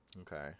Okay